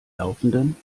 laufenden